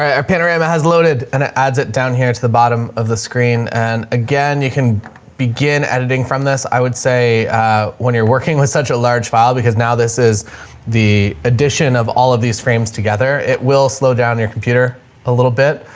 our panorama has loaded and it adds it down here to the bottom of the screen. and again, you can begin editing from this. i would say when you're working with such a large file, because now this is the addition of all of these frames together, it will slow down your computer a little bit.